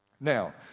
Now